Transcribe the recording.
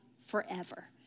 forever